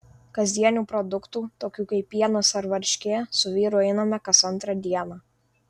kasdienių produktų tokių kaip pienas ar varškė su vyru einame kas antrą dieną